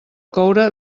coure